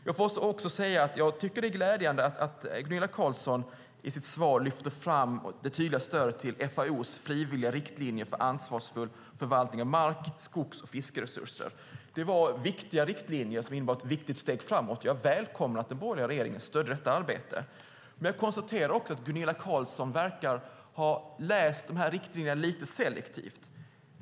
Jag tycker att det är glädjande att Gunilla Carlsson i sitt svar lyfter fram det tydliga stödet till FAO:s Frivilliga riktlinjer för ansvarsfull förvaltning av mark-, skogs och fiskeresurser. Det var viktiga riktlinjer som var ett stort steg framåt. Jag välkomnar att den borgerliga regeringen stödde detta arbete. Men jag konstaterar också att Gunilla Carlsson verkar ha läst riktlinjerna lite selektivt.